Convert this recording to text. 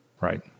Right